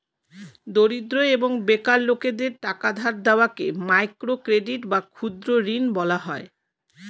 দরিদ্র এবং বেকার লোকদের টাকা ধার দেওয়াকে মাইক্রো ক্রেডিট বা ক্ষুদ্র ঋণ বলা হয়